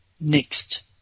next